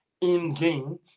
in-game